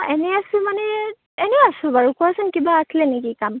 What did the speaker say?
এনে আছোঁ মানে এনে আছোঁ বাৰু কোৱাচোন কিবা আছিলে নেকি কাম